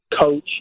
coach